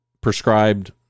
prescribed